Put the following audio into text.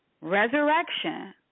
resurrection